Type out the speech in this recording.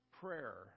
prayer